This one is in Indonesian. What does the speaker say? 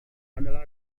adalah